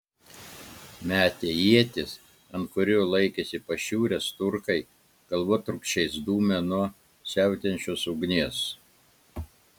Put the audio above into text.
metę ietis ant kurių laikėsi pašiūrės turkai galvotrūkčiais dūmė nuo siautėjančios ugnies